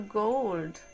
gold